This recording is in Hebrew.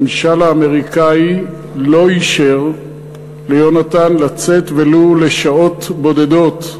הממשל האמריקני לא אישר ליונתן לצאת ולו לשעות בודדות להלוויה.